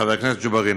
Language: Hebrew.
חבר הכנסת ג'בארין,